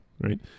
right